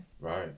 right